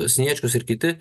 sniečkus ir kiti